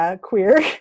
queer